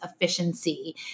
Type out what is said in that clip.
efficiency